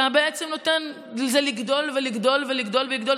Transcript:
אתה בעצם נותן לזה לגדול ולגדול ולגדול.